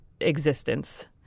existence